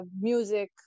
music